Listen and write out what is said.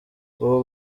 ubu